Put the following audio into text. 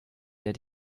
der